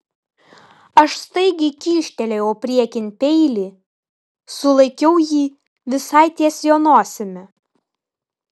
aš staigiai kyštelėjau priekin peilį sulaikiau jį visai ties jo nosimi